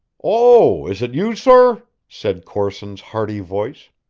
oh, is it you, sor? said corson's hearty voice.